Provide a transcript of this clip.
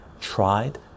tried